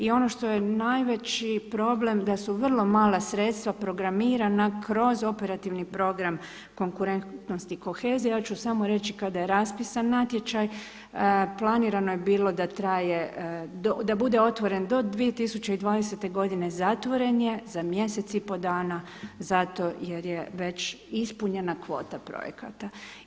I ono što je najveći problem da su vrlo mala sredstva programirana kroz operativni program konkurentnosti i kohezije ja ću samo reći kada je raspisan natječaj planirano je bilo da traje, da bude otvoren do 2020. godine zatvoren je za mjesec i pol dana zato jer je već ispunjena kvota projekata.